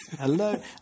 hello